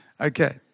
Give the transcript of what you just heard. okay